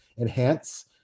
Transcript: enhance